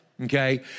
okay